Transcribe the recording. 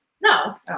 No